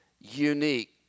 unique